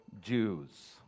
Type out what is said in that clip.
Jews